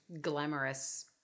Glamorous